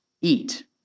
eat